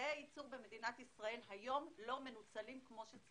אמצעי הייצור במדינת ישראל לא מנוצלים היום כמו שצריך,